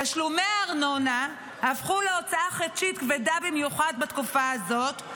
תשלומי הארנונה הפכו להוצאה חודשית כבדה במיוחד בתקופה הזאת,